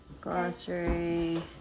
Glossary